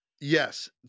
Yes